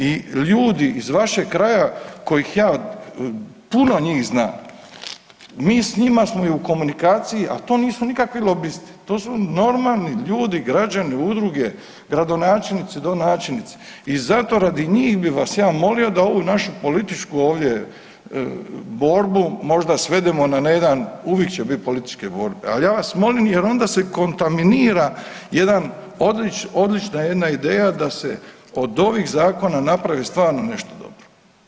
I ljudi iz vašeg kraja kojih ja puno njih znam, mi s njima smo i u komunikaciji, a to nisu nikakvi lobisti, to su normalni ljudi, građani, udruge, gradonačelnici, donačelnici i zato radi njih bi vas ja molio da ovu našu političku ovdje borbu možda svedemo na jedan, uvijek će biti političke borbe, ali ja vas molim jer onda se kontaminira jedan odličan, odlična jedna ideja da se od ovih zakona napravi stvarno nešto dobro.